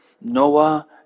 Noah